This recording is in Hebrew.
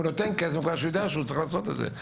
הוא נותן כסף כי הוא יודע שהוא צריך לעשות את זה,